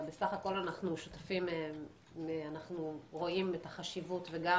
אבל בסך הכול אנחנו רואים את החשיבות וגם